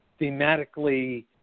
thematically